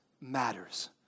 matters